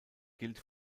gilt